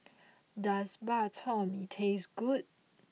does Bak Chor Mee taste good